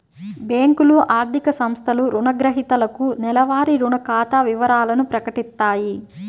బ్యేంకులు, ఆర్థిక సంస్థలు రుణగ్రహీతలకు నెలవారీ రుణ ఖాతా వివరాలను ప్రకటిత్తాయి